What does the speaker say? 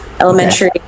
elementary